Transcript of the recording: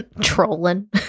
Trolling